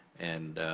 and